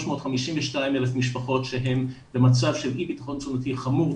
352,000 משפחות שהן במצב של אי בטחון תזונתי חמור,